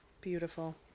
Beautiful